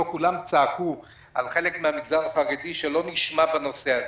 כולם צעקו על חדר מהמגזר החרדי שלא נשמע בנושא הזה,